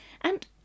And